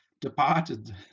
departed